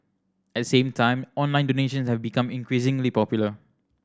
at the same time online donations have become increasingly popular